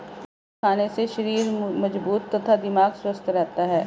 दही खाने से शरीर मजबूत तथा दिमाग स्वस्थ रहता है